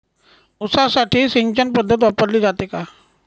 ऊसासाठी सिंचन पद्धत वापरली जाते का?